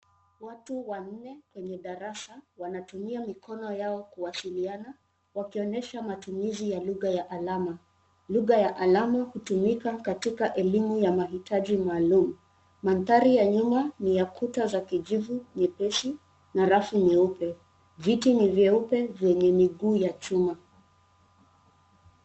Watu wanne kwenye darasa wanatumia mikono yao kuwasiliana wakionyesha matumizi ya lugha ya alama, lugha ya alama hutumika katika elimu ya mahitaji maalum, mandhari ya nyuma ni ya kuta za kijivu nyepesi na rafu nyeupe, viti ni vyeupe vyenye miguu ya chuma.